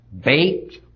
Baked